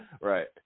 Right